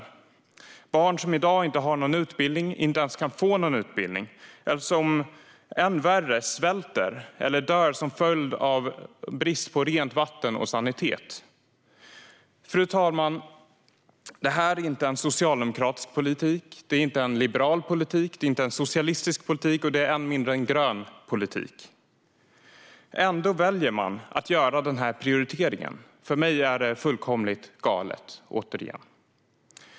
Det handlar om barn som i dag inte har någon utbildning eller ens kan få någon utbildning eller som än värre svälter eller dör till följd av brist på rent vatten och sanitet. Fru talman! Det här är inte en socialdemokratisk politik. Det är inte en liberal politik. Det är inte en socialistisk politik. Det är än mindre en grön politik. Ändå väljer man att göra en sådan prioritering. För mig är det fullkomligt galet.